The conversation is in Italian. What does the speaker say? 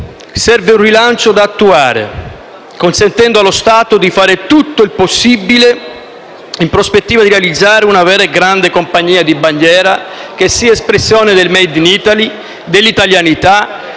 serve un rilancio da attuare, consentendo allo Stato di fare tutto il possibile e, in prospettiva, di realizzare una vera e grande compagnia di bandiera, che sia espressione del *made in Italy*, dell'italianità e del genio